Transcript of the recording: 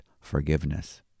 forgiveness